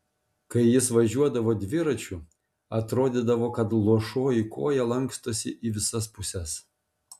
kai jis važiuodavo dviračiu atrodydavo kad luošoji koja lankstosi į visas puses